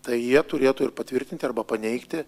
tai jie turėtų ir patvirtinti arba paneigti